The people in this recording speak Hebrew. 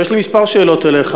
עכשיו, יש לי כמה שאלות אליך,